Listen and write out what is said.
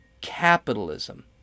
capitalism